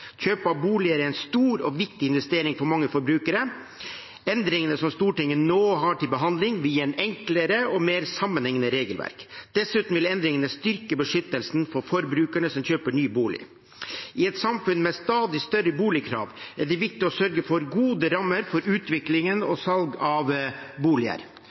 Kjøp av bolig er en stor og viktig investering for mange forbrukere. Endringene som Stortinget nå har til behandling, vil gi et enklere og mer sammenhengende regelverk. Dessuten vil endringene styrke beskyttelsen av forbrukerne som kjøper ny bolig. I et samfunn med stadig større boligkrav er det viktig å sørge for gode rammer for utviklingen og salget av boliger.